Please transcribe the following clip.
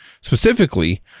Specifically